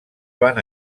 van